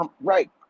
right